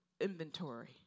inventory